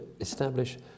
establish